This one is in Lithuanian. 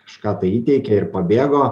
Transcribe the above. kažką tai įteikė ir pabėgo